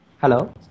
hello